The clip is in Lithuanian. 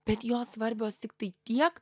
bet jos svarbios tiktai tiek